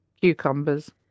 ...cucumbers